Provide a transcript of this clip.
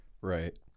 Right